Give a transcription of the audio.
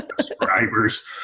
subscribers